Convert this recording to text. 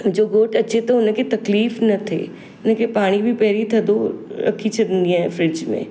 मुंहिंजो घोटु अचे थो हुनखे तकलीफ़ न थे हुनखे पाणी बि पहिरियों थधो रखी छॾींदी आहियां फ्रिज में